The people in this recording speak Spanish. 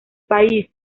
país